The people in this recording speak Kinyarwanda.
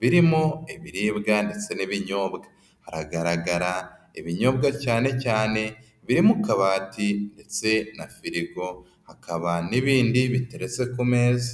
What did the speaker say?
birimo ibiribwa ndetse n'ibinyobwa. Haragaragara ibinyobwa cyane cyane biri mu kabati ndetse na firigo. Hakaba n'ibindi biteretse ku meza.